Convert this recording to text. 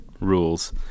rules